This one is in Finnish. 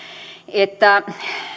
että